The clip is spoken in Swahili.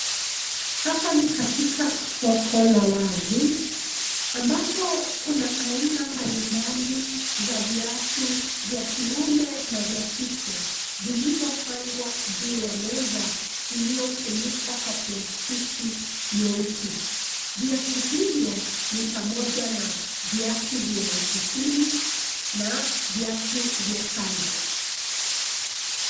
Hapa ni katika soko la wazi ambapo kuna aina mbalimbali za viatu vya kiume na vya kike vilivyopangwa juu ya meza iliyofunikwa kwa plastiki nyeusi, viatu hivyo ni pamoja na viatu vya ofisini na viatu vya sandals .